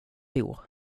bor